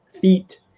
feet